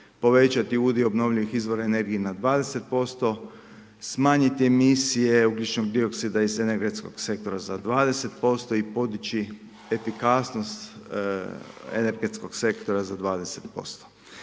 povećati udio obnovljivih izvora energije na 20%, smanjiti emisije ugljičnog dioksida iz energetskog sektora za 20% i podići efikasnost energetskog sektora za 20%.